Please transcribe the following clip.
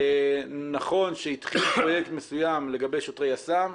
נכון שהתחיל פרויקט מסוים לגבי שוטרי יס"מ,